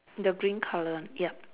the green colour yup